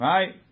Right